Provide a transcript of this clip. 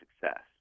success